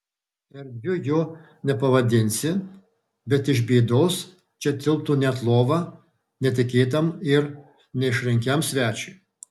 erdviu jo nepavadinsi bet iš bėdos čia tilptų net lova netikėtam ir neišrankiam svečiui